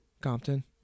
Compton